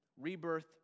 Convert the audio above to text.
rebirth